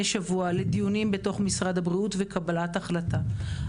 שבוע לדיונים בתוך משרד הבריאות וקבלת החלטה.